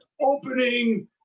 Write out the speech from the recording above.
opening